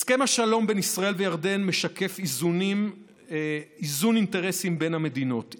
הסכם השלום בין ישראל לירדן משקף איזון אינטרסים בין המדינות.